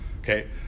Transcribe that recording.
okay